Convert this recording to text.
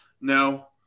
no